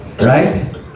right